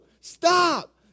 stop